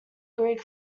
greek